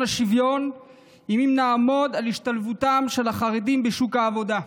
השוויון היא אם נעמיד על השתלבותם של החרדים בשוק העבודה,